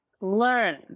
learn